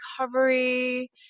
recovery